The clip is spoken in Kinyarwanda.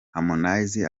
harmonize